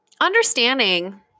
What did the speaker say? understanding